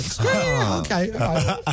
Okay